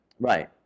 Right